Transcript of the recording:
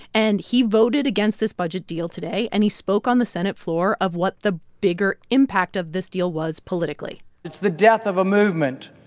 and he voted against this budget deal today. and he spoke on the senate floor of what the bigger impact this deal was politically it's the death of a movement,